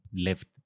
left